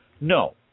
No